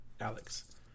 Alex